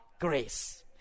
grace